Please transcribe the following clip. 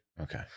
Okay